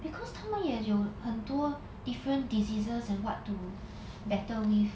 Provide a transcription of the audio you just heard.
because 他们也有很多 different diseases and what to battle with